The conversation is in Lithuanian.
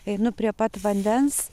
einu prie pat vandens